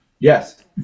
Yes